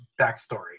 backstory